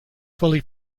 fully